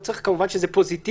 לא צריך להגיד שזה פוזיטיבי,